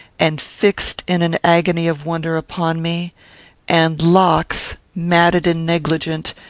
and fixed in an agony of wonder upon me and locks, matted and negligent,